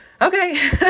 okay